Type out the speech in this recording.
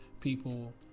people